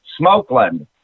Smokeland